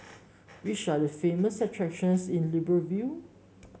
which are the famous attractions in Libreville